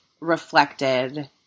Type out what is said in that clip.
reflected